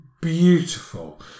beautiful